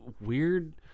weird